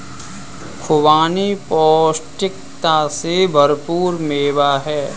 खुबानी पौष्टिकता से भरपूर मेवा है